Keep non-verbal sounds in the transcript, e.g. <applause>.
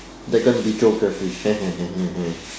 they're going to be joker fish <laughs>